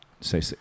say